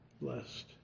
blessed